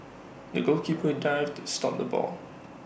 the goalkeeper dived to stop the ball